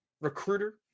recruiter